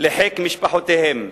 לחיק משפחותיהם.